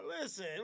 listen